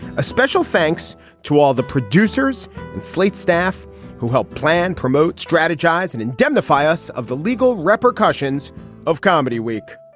a special thanks to all the producers and slate staff who helped plan promote strategize and indemnify us of the legal repercussions of comedy week.